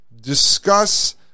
discuss